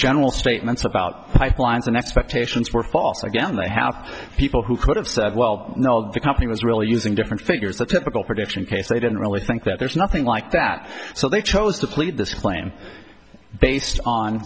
general statements about winds and expectations were false again they have people who could have said well the company was really using different figures the typical production case they didn't really think that there is nothing like that so they chose to plead this claim based on